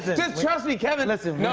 just trust me, kevin. listen. no,